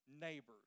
neighbors